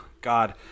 God